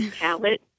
palette